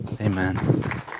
Amen